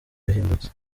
yahindutse